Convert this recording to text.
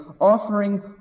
offering